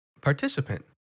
participant